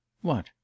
What